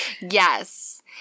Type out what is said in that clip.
Yes